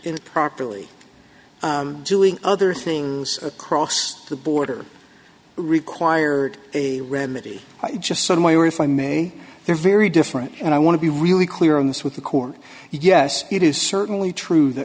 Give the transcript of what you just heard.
a properly doing other thing across the border required a remedy i just saw the way or if i may they're very different and i want to be really clear on this with the court yes it is certainly true th